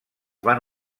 van